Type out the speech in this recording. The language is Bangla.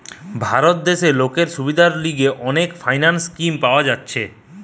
ভারত দেশে লোকের সুবিধার লিগে অনেক ফিন্যান্স স্কিম পাওয়া যাইতেছে